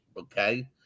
Okay